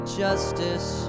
justice